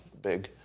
big